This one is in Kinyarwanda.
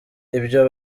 ibyo